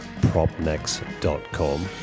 propnex.com